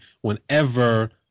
whenever